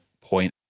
point